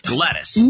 Gladys